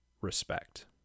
respect